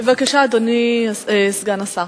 בבקשה, אדוני סגן השר,